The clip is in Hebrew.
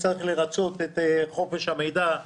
צריך לרצות את חופש המידע.